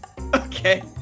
Okay